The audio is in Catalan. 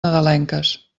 nadalenques